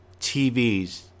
TVs